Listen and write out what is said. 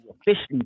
officially